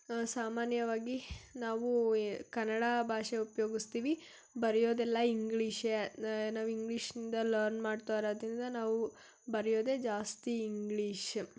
ಸಾಮಾನ್ಯವಾಗಿ ನಾವು ಕನ್ನಡ ಭಾಷೆ ಉಪಯೋಗ್ಸ್ತೀವಿ ಬರೆಯೋದೆಲ್ಲ ಇಂಗ್ಳೀಷೇ ನಾವು ಇಂಗ್ಲೀಷ್ನಿಂದ ಲರ್ನ್ ಮಾಡ್ತಾ ಇರೋದರಿಂದ ನಾವು ಬರೆಯೋದೇ ಜಾಸ್ತಿ ಇಂಗ್ಲೀಷ